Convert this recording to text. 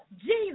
Jesus